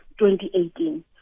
2018